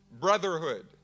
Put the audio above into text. brotherhood